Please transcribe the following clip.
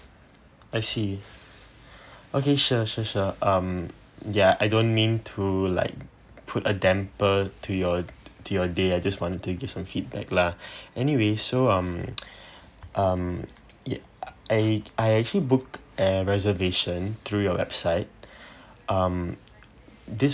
I see okay sure sure sure um ya I don't mean to like put a damper to your to your day I just want to give some feedback lah anyway so um um ya I I actually booked a reservation through your website um this